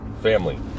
family